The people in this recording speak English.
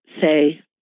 say